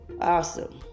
Awesome